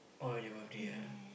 oh on your birthday ah